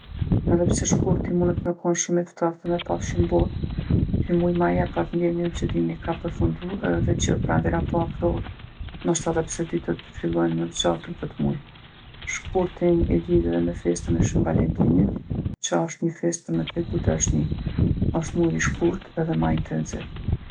Edhe pse shkurti munët me kon shumë i ftoftë e me pasë shumë borë, ky muj ma jep atë ndjenjën që dimri ka përfundu edhe që pranvera po afrohet, noshta edhe pse ditët fillojnë me u zgjatë n'këtë muj. Shkurtin e lidhi edhe me festën e Shën Valentinit, që asht ni festë për me tregu dashni. Osht muj i shkurtë edhe ma intenziv.